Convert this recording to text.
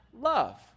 love